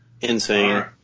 Insane